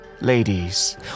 ladies